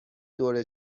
دور